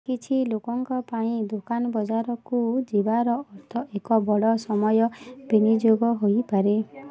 କିଛି ଲୋକଙ୍କ ପାଇଁ ଦୋକାନ ବଜାରକୁ ଯିବାର ଅର୍ଥ ଏକ ବଡ଼ ସମୟ ବିନିଯୋଗ ହୋଇପାରେ